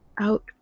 out